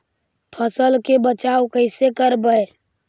फसल के बचाब कैसे करबय?